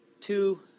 two